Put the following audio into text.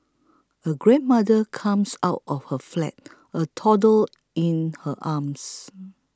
a grandmother comes out of her flat a toddler in her arms